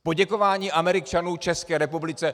Poděkování Američanů České republice.